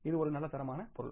இது ஒரு நல்ல தரமான பொருள்